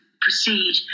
proceed